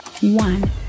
one